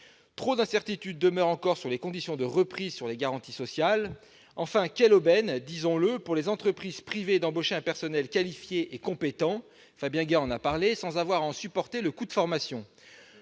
Trop d'incertitudes demeurent encore sur les conditions de reprise, sur les garanties sociales. Enfin, quelle aubaine, disons-le, pour les entreprises privées de pouvoir embaucher un personnel qualifié et compétent sans avoir eu à supporter le coût de sa formation.